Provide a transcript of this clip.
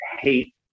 hate